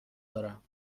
دارم